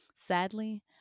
Sadly